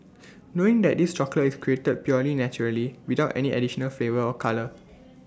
knowing that this chocolate is created purely naturally without any additional flavour or colour